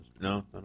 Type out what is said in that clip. No